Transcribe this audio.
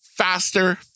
Faster